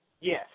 Yes